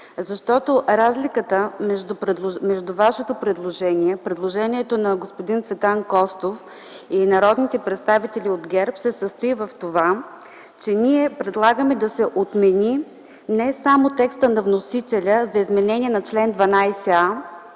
защото разликата между Вашето предложение, предложението на господин Цветан Костов и на народните представители от ГЕРБ се състои в това, че ние предлагаме да се отмени не само текстът на вносителя за изменение на чл. 12а,